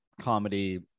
comedy